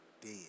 Dead